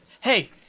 Hey